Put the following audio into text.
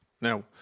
now